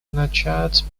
начать